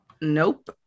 Nope